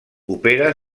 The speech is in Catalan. opera